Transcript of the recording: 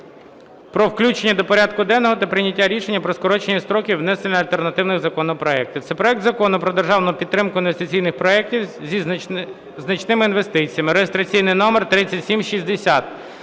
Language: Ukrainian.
про включення до порядку денного та прийняття рішення про скорочення строків внесення альтернативних законопроектів. Це проект Закону про державну підтримку інвестиційних проектів зі значними інвестиціями (реєстраційний номер 3760).